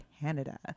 Canada